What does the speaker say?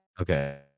Okay